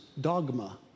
dogma